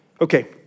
Okay